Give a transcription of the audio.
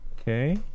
okay